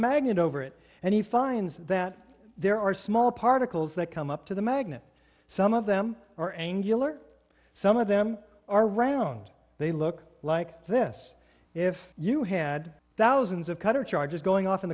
magnet over it and he finds that there are small particles that come up to the magnet some of them are angular some of them are round they look like this if you had thousands of cutter charges going off in